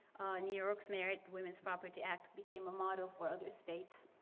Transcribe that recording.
new york's married women's property act became a model for other states